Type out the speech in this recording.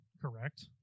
correct